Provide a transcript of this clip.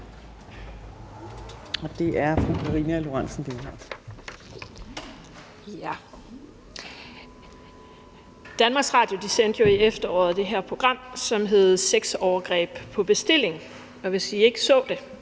og det er fru Karina Lorentzen Dehnhardt.